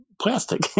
plastic